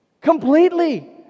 completely